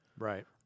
Right